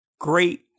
great